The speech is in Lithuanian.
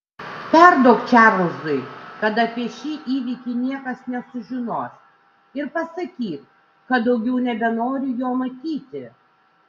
perduok čarlzui kad apie šį įvykį niekas nesužinos ir pasakyk kad daugiau nebenoriu jo matyti